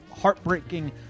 heartbreaking